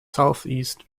southeast